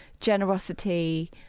Generosity